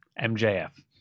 MJF